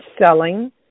selling